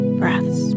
breaths